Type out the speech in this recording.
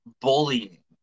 bullying